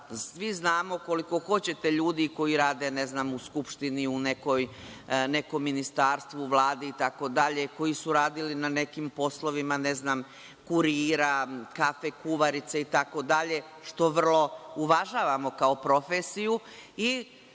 svi znamo koliko hoćete ljudi koji rade, ne znam, u Skupštini, u nekom ministarstvu, Vladi itd. koji su radili na nekim poslovima, npr. kurira, kafe kuvarica itd. što vrlo uvažavamo kao profesiju